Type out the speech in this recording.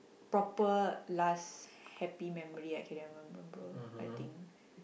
proper last happy memory I can remember I think